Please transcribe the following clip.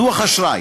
דוח אשראי,